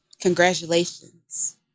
Congratulations